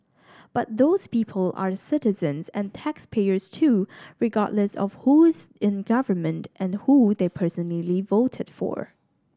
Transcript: but those people are citizens and taxpayers too regardless of who's in government and who they personally voted for